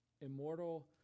immortal